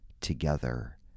together